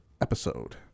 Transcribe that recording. episode